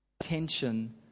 ...attention